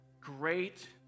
Great